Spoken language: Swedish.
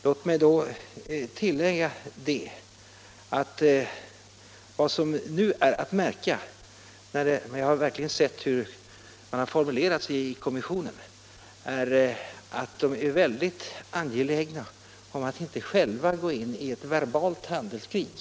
Låt mig då tillägga, eftersom jag har sett hur man formulerar det, att kommissionen är mycket angelägen om att inte själv gå ut i ett verbalt handelskrig.